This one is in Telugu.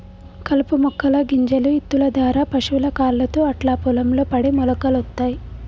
కలుపు మొక్కల గింజలు ఇత్తుల దారా పశువుల కాళ్లతో అట్లా పొలం లో పడి మొలకలొత్తయ్